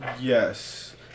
Yes